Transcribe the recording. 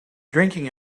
drinking